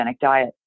diet